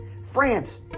France